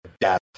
death